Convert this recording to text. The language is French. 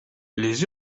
les